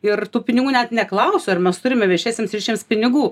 ir tų pinigų net neklausiu ar mes turime viešiesiems ryšiams pinigų